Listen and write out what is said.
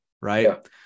right